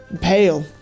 pale